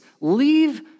leave